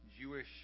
Jewish